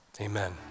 Amen